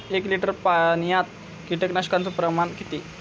एक लिटर पाणयात कीटकनाशकाचो प्रमाण किती?